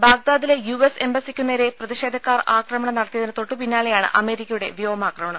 ബാഗ്ദാദിലെ U S എംബസിക്കു നേരെ പ്രതിഷേധ ക്കാർ ആക്രമണം നടത്തിയതിന് തൊട്ടു പിന്നാലെയാണ് അമേ രിക്കയുടെ വ്യോമാക്രമണം